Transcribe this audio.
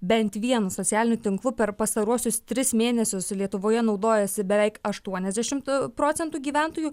bent vienu socialiniu tinklu per pastaruosius tris mėnesius lietuvoje naudojasi beveik aštuoniasdešimt procentų gyventojų